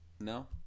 no